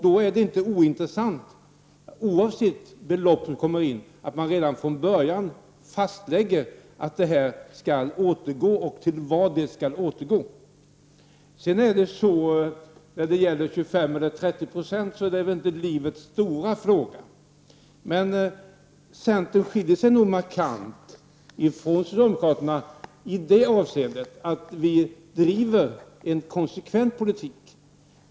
Då är det inte ointressant att man, vilket belopp som än kommer in, fastlägger att det skall återgå, och till vad det skall återgå. Det är väl inte livets stora fråga om det skall vara 25 eller 30 76, men centern skiljer sig nog markant från socialdemokraterna i det avseendet att vi driver en konsekvent politik.